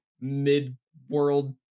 mid-world